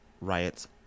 Riot's